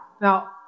Now